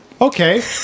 Okay